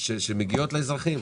שמגיעות לאזרחים.